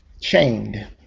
chained